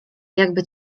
jakby